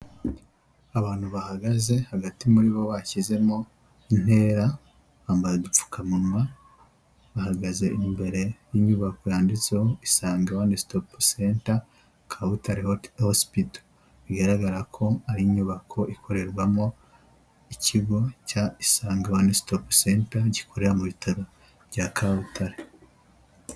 Abantu bahagaze hagati muri bo bashyizemo intera bambaye udupfukamunwa bahagaze imbere y'inyubako yanditseho isange one stop center Kabutare wack hospital bigaragara ko ari inyubako ikorerwamo ikigo cya isange onestop center gikorera mu bitaro bya Kabutare.